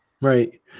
Right